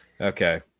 Okay